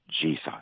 Jesus